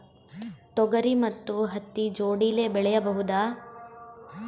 ತೊಗರಿ ಮತ್ತು ಹತ್ತಿ ಜೋಡಿಲೇ ಬೆಳೆಯಬಹುದಾ?